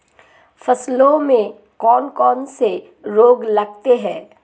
फसलों में कौन कौन से रोग लगते हैं?